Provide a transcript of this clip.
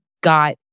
got